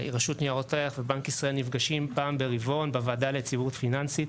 ורשות ניירות ערך ובנק ישראל נפגשים פעם ברבעון בוועדה ליציבות פיננסית,